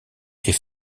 est